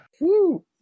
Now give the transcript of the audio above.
Woo